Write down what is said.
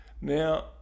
Now